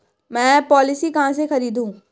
मैं पॉलिसी कहाँ से खरीदूं?